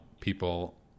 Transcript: people